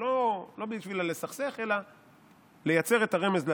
זה לא בשביל לסכסך אלא לייצר את הרמז לעתיד.